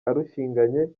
arushinganye